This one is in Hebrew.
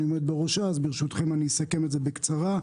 עומד בראשה אז ברשותכם אסכם זאת בקצרה.